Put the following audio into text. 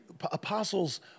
apostles